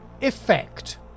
Effect